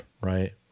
right